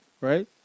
right